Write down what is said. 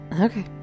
Okay